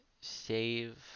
save